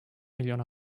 milyon